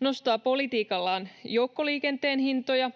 nostaa politiikallaan joukkoliikenteen hintoja